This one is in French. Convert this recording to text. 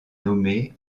nommée